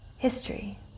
History